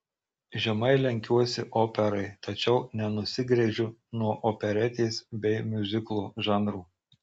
žemai lenkiuosi operai tačiau nenusigręžiu nuo operetės bei miuziklo žanrų